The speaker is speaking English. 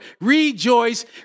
rejoice